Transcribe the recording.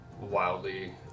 wildly